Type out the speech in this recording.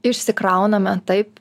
išsikrauname taip